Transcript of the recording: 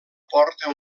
porta